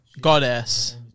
Goddess